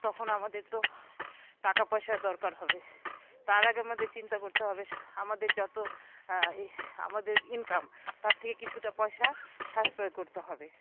তখন আমাদের তো টাকা পয়সার দরকার হবে তার আগে আমাদের চিন্তা করতে হবে আমাদের যত আমাদের ইনকাম তার থেকে কিছুটা পয়সা সাশ্রয় করতে হবে